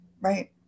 right